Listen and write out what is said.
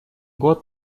год